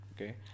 okay